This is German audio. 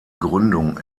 gründung